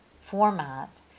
format